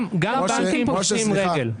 גם בנקים פושטים רגל.